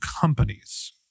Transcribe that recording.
companies